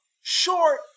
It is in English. short